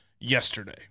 yesterday